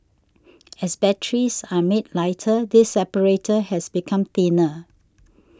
as batteries are made lighter this separator has become thinner